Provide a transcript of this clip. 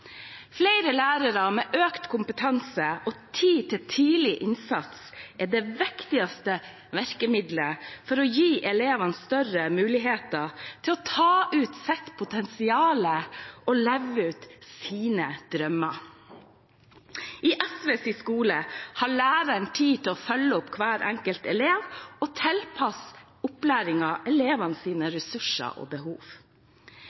Flere lærere med økt kompetanse og tid til tidlig innsats er det viktigste virkemidlet for å gi elevene større muligheter til å ta ut sitt potensial og leve ut sine drømmer. I SVs skole har læreren tid til å følge opp hver enkelt elev og tilpasse